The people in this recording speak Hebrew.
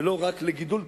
ולא רק לגידול טבעי,